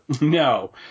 No